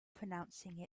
pronouncing